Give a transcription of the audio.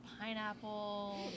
pineapple